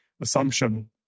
assumption